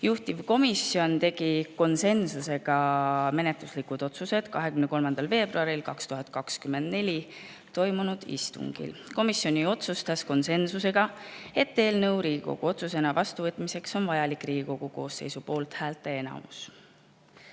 Juhtivkomisjon tegi konsensusega menetluslikud otsused 23. [jaanuaril] 2024 toimunud istungil. Komisjon otsustas konsensusega, et eelnõu Riigikogu otsusena vastuvõtmiseks on vajalik Riigikogu koosseisu poolthäälte enamus.